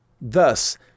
Thus